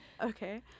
okay